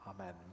amen